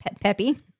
Peppy